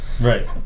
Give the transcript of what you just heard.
Right